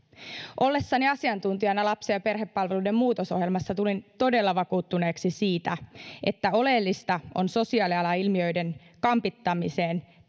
ollessani asiantuntijana lapsi ja perhepalveluiden muutosohjelmassa tulin todella vakuuttuneeksi siitä että oleellisia ovat sosiaalialan ilmiöiden kampittamiseen